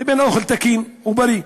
לבין אוכל תקין ובריא.